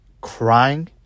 crying